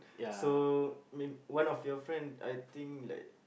so may one of your friend I think like